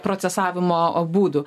procesavimo būdų